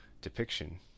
depiction